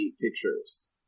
pictures